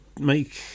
make